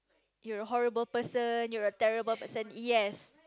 you are a horrible person you are a terrible person yes